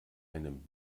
einem